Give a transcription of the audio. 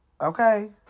Okay